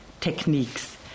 techniques